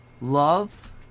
love